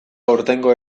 aurtengo